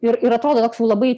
ir ir atrodo labai